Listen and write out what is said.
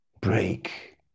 break